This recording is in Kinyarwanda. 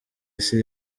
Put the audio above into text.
isi